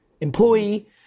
Employee